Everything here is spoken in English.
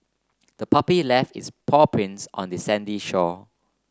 the puppy left its paw prints on the sandy shore